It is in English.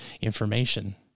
information